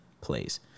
plays